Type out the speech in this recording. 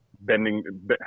bending